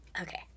okay